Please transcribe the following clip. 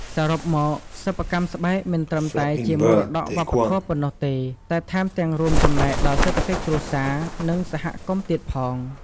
សរុបមក សិប្បកម្មស្បែកមិនត្រឹមតែជាមរតកវប្បធម៌ប៉ុណ្ណោះទេ តែថែមទាំងរួមចំណែកដល់សេដ្ឋកិច្ចគ្រួសារ និងសហគមន៍ទៀតផង។